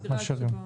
כן.